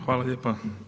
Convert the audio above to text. Hvala lijepo.